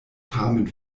tamen